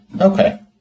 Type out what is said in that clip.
Okay